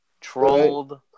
trolled